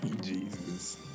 Jesus